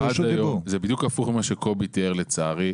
זה בדיוק הפוך ממה שקובי תיאר, לצערי,